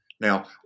Now